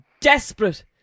desperate